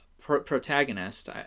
protagonist